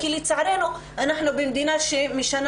כי לצערנו אנחנו במדינה שבה משנים